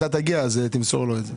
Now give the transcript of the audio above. אתה תגיע, אז תמסור לו את זה.